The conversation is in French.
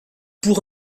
pour